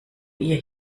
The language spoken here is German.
ihr